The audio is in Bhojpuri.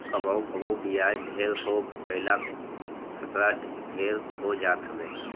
कबो कबो बियाज ढेर हो गईला खतरा ढेर हो जात हवे